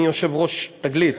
אני יושב-ראש "תגלית".